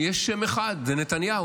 יש שם אחד, זה נתניהו.